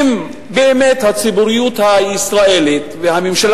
אם באמת הציבוריות הישראלית והממשלה